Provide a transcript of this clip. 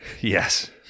Yes